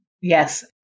yes